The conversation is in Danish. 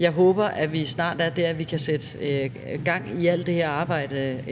jeg håber, at vi snart er der, hvor vi kan sætte gang i alt det her arbejde